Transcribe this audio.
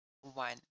One